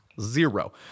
Zero